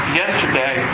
yesterday